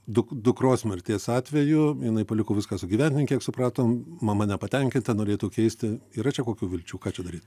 duk dukros mirties atveju jinai paliko viską sugyventiniui kiek supratom mama nepatenkinta norėtų keisti yra čia kokių vilčių ką čia daryt